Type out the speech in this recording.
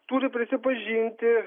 turi prisipažinti